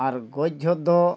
ᱟᱨ ᱜᱚᱡ ᱡᱚᱦᱚᱜ ᱫᱚ